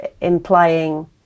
implying